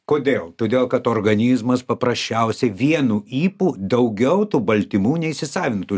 kodėl todėl kad organizmas paprasčiausiai vienu ypu daugiau tų baltymų neįsisavintų